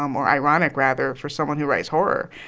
um or ironic, rather, for someone who writes horror,